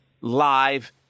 live